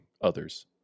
others